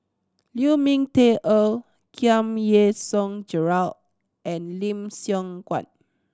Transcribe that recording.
Lu Ming Teh Earl Giam Yean Song Gerald and Lim Siong Guan